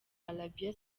arabia